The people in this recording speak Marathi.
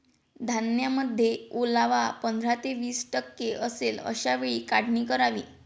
धान्यामध्ये ओलावा पंधरा ते वीस टक्के असेल अशा वेळी काढणी करावी